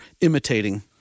imitating